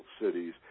Cities